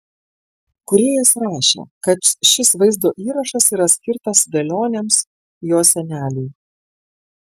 kūrėjas rašė kad šis vaizdo įrašas yra skirtas velioniams jo seneliui